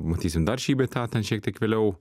matysim dar šį bei tą ten šiek tiek vėliau